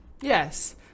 Yes